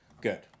Good